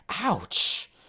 Ouch